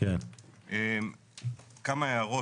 כמה הערות.